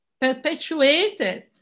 perpetuated